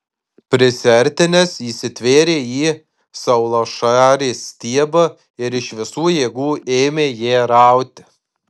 prisiartinęs įsitvėrė į saulašarės stiebą ir iš visų jėgų ėmė ją rauti